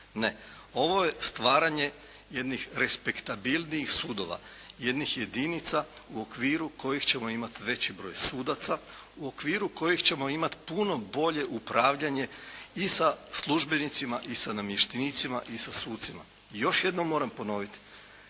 Ne. Ovo je stvaranje jednih respektabilnijih sudova, jednih jedinica u okviru kojih ćemo imati veći broj sudaca, u okviru kojeg ćemo imati puno bolje upravljanje i sa službenicima i sa namještenicima i sa sucima. I još jednom moram ponoviti.